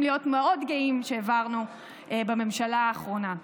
להיות מאוד גאים שהעברנו בממשלה האחרונה.